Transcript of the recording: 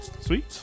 Sweet